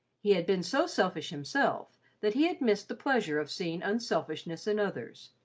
he had been so selfish himself that he had missed the pleasure of seeing unselfishness in others,